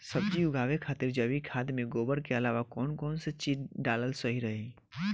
सब्जी उगावे खातिर जैविक खाद मे गोबर के अलाव कौन कौन चीज़ डालल सही रही?